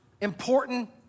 important